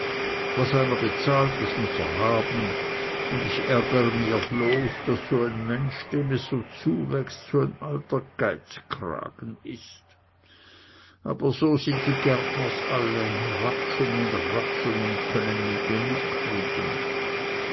was einer bezahlt das muß er haben un ich ärgre mir bloß daß so n mensch dem es so zuwächst so n alter geizkragen is aber so sind die gärtners alle rapschen und rapschen un können nie genug kriegen